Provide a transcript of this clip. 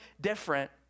different